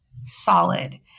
solid